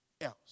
else